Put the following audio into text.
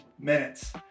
minutes